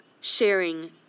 sharing